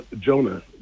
Jonah